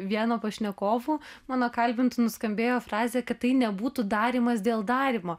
vieno pašnekovų mano kalbintų nuskambėjo frazė kad tai nebūtų darymas dėl darymo